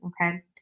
okay